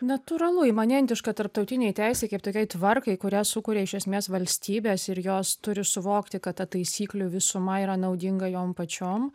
natūralu imanentiška tarptautinei teisei kaip tokiai tvarkai kurią sukuria iš esmės valstybės ir jos turi suvokti kad ta taisyklių visuma yra naudinga jom pačiom